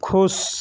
ख़ुश